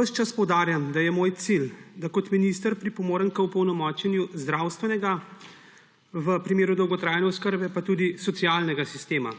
Ves čas poudarjam, da je moj cilj, da kot minister pripomorem k opolnomočenju zdravstvenega, v primeru dolgotrajne oskrbe pa tudi socialnega sistema,